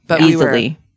Easily